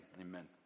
Amen